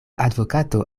advokato